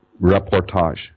reportage